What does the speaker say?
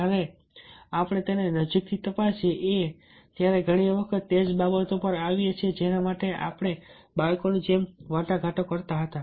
જ્યારે આપણે તેને નજીકથી તપાસીએ છીએ ત્યારે ઘણી વખત તે જ બાબતો પર આવીએ છીએ જેના માટે આપણે બાળકો ની જેમ વાટાઘાટો કરતા હતા